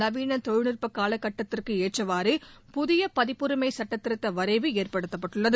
நவீன தொழில்நுட்பக் காலக்கட்டத்திற்கு ஏற்றவாறு புதிய பதிப்புரிமை சுட்டத்திருத்த வரைவு ஏற்படுத்தப்பட்டுள்ளது